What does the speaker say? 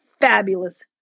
fabulous